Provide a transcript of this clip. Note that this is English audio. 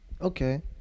Okay